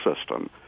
system